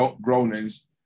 groanings